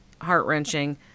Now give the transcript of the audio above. heart-wrenching